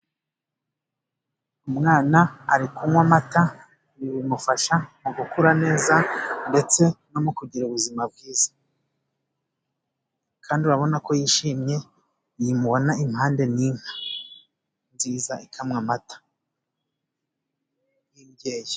Umwana ari kunywa amata. Ibi bimufasha mu gukura neza ndetse no mu kugira ubuzima bwiza, kandi urabona ko yishimye. Iyi mubona impande ni inka nziza ikamwa amata y'imbyeyi.